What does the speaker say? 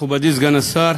מכובדי סגן השר,